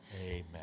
amen